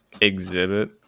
exhibit